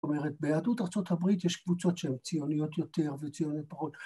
‫זאת אומרת, ביהדות ארצות הברית ‫יש קבוצות שהן ציוניות יותר וציונית פחות.